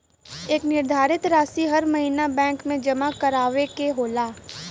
एक निर्धारित रासी हर महीना बैंक मे जमा करावे के होला